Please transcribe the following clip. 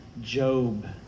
Job